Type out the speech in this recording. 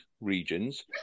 regions